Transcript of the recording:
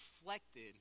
reflected